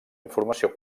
informació